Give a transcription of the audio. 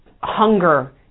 hunger